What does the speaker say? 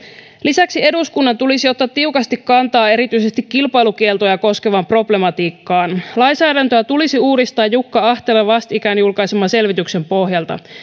lisäksi eduskunnan tulisi ottaa tiukasti kantaa erityisesti kilpailukieltoja koskevaan problematiikkaan lainsäädäntöä tulisi uudistaa jukka ahtelan vastikään julkaiseman selvityksen pohjalta